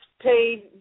paid